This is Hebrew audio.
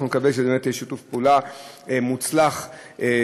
ואנחנו נקווה שבאמת יהיה שיתוף פעולה מוצלח ויעיל.